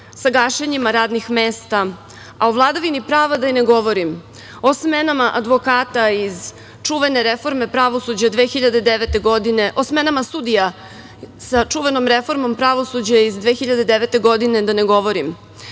sa gašenjima radnih mesta, a o vladavini prava da i ne govorim, o smenama advokata iz čuvene reforme pravosuđa 2009. godine, o smenama sudija sa čuvenom reformom pravosuđa iz 2009. godine, da ne govorim. Izgleda